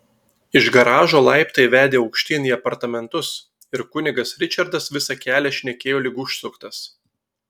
iš garažo laiptai vedė aukštyn į apartamentus ir kunigas ričardas visą kelią šnekėjo lyg užsuktas